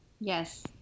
Yes